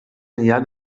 enllà